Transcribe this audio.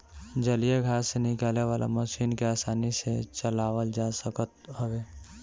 जलीय घास निकाले वाला मशीन के आसानी से चलावल जा सकत हवे